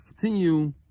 Continue